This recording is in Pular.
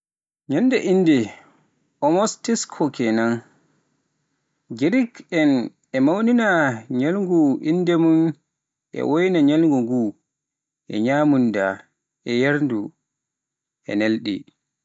Ñalngu innde (onomàstico) Ceerno. Gerek en e mawnina ñalngu innde mum en, wonaa ñalngu nguu, e ñaamdu, e yardu, e ñalɗi.